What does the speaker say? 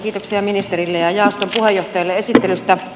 kiitoksia ministerille ja jaoston puheenjohtajalle esittelystä